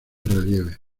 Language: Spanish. relieves